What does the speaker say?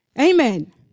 amen